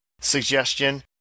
suggestion